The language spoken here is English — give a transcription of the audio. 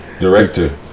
Director